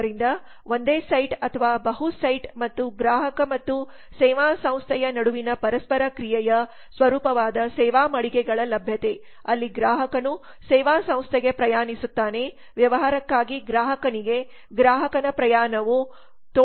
ಆದ್ದರಿಂದ ಒಂದೇ ಸೈಟ್ ಅಥವಾಬಹು ಸೈಟ್ಮತ್ತು ಗ್ರಾಹಕ ಮತ್ತು ಸೇವಾ ಸಂಸ್ಥೆಯ ನಡುವಿನ ಪರಸ್ಪರ ಕ್ರಿಯೆಯ ಸ್ವರೂಪವಾದಸೇವಾ ಮಳಿಗೆಗಳ ಲಭ್ಯತೆಅಲ್ಲಿ ಗ್ರಾಹಕನು ಸೇವಾ ಸಂಸ್ಥೆಗೆ ಪ್ರಯಾಣಿಸುತ್ತಾನೆ ವ್ಯವಹಾರಕ್ಕಾಗಿ ಗ್ರಾಹಕನಿಗೆ ಗ್ರಾಹಕನ ಪ್ರಯಾಣವು ತೋಳಿನ ಉದ್ದದಲ್ಲಿದೆ